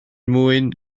mwyn